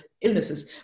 illnesses